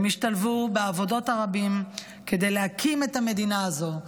הם השתלבו בעבודות הרבים כדי להקים את המדינה הזו,